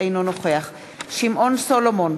אינו נוכח שמעון סולומון,